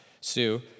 Sue